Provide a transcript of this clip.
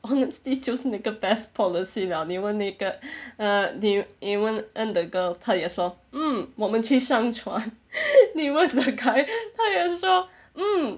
honesty 就是那个 best policy 了你问那个 uh 你你问问 the girl 她也说 mm 我们去上床你问 the guy 他也说 mm